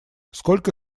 сколько